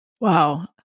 Wow